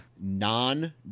non